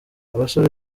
abasore